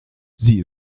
sie